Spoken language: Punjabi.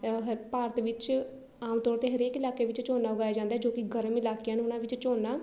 ਭਾਰਤ ਵਿੱਚ ਆਮ ਤੌਰ 'ਤੇ ਹਰੇਕ ਇਲਾਕੇ ਵਿੱਚ ਝੋਨਾ ਉਗਾਇਆ ਜਾਂਦਾ ਜੋ ਕਿ ਗਰਮ ਇਲਾਕਿਆਂ ਨੂੰ ਉਹਨਾਂ ਵਿੱਚ ਝੋਨਾ